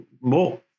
more